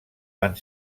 van